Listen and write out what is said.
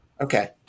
okay